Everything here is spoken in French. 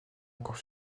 encore